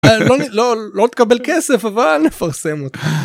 לא לא לא תקבל כסף אבל נפרסם אותה.